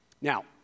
Now